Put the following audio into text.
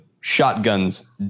shotguns